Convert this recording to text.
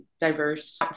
diverse